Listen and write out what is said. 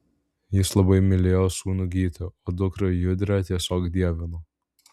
jis labai mylėjo sūnų gytį o dukrą judrę tiesiog dievino